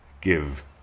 Give